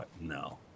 no